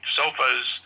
sofas